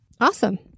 Awesome